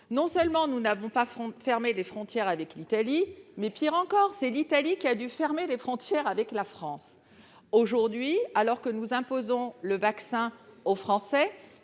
non seulement nous n'avons pas fermé les frontières avec l'Italie, mais, pire encore, c'est l'Italie qui a dû fermer les frontières avec la France. Aujourd'hui, alors que nous imposons le vaccin aux Français,